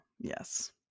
yes